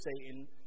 Satan